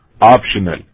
optional